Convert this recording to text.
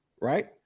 right